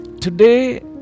Today